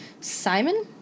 Simon